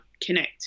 connect